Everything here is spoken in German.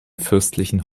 fürstlichen